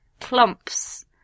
clumps